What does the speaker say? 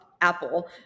Apple